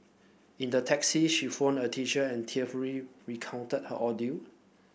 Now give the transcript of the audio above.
in the taxi she phoned a teacher and tearfully recounted her ordeal